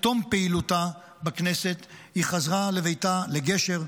בתום פעילותה בכנסת היא חזרה לביתה, לגשר,